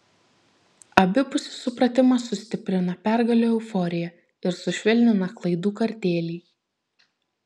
abipusis supratimas sustiprina pergalių euforiją ir sušvelnina klaidų kartėlį